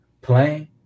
playing –